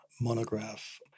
monograph